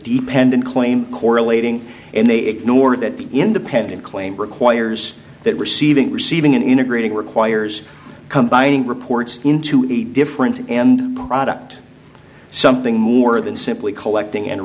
dependent claim correlating and they ignore that independent claim requires that receiving receiving an integrating requires combining reports into a different and product something more than simply collecting and